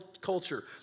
culture